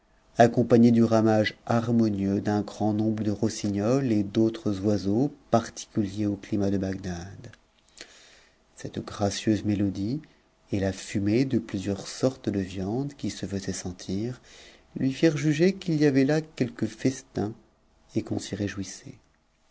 accompagnés du ramage momeux d'un grand nombre de rossignols et d'autres oiseaux parti'ctt'ers au climat de bagdad cette gracieuse mélodie et la fumée de t'osieurs sortes de viandes qui se faisaient sentir lui firent juger qu'il y t là quelque festin et qu'on s'y réjouissait